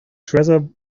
treasure